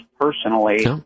personally